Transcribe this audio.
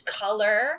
color